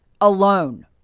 alone